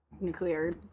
nuclear